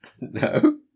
No